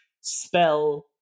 spell